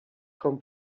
comme